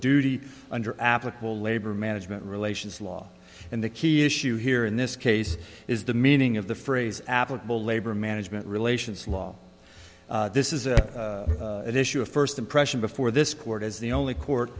duty under applicable labor management relations law and the key issue here in this case is the meaning of the phrase applicable labor management relations law this is an issue of first impression before this court is the only